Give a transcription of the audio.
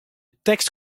tekst